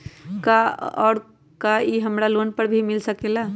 और का इ हमरा लोन पर भी मिल सकेला?